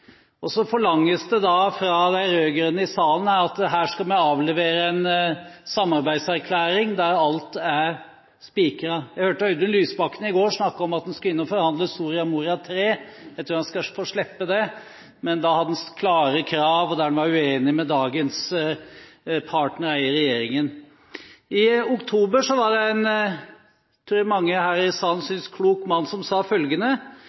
også Venstre om de aller fleste – vil slutte opp om. Så forlanges det fra de rød-grønne i salen at her skal vi avlevere en samarbeidserklæring, der alt er spikret. Jeg hørte Audun Lysbakken i går snakke om at han skulle inn og forhandle Soria Moria III. Jeg tror han skal få slippe det, men han hadde klare krav, der han var uenig med dagens partnere i regjeringen. I oktober var det en klok mann – tror jeg det var mange som syntes her i